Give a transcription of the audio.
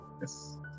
Yes